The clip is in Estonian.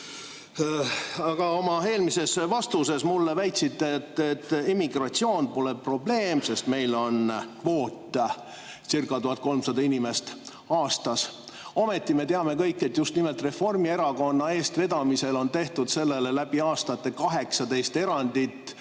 Aga oma eelmises vastuses mulle väitsite, et immigratsioon pole probleem, sest meil on kvootcirca1300 inimest aastas. Ometi me kõik teame, et just Reformierakonna eestvedamisel on sellele läbi aastate tehtud